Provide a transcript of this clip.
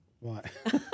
Right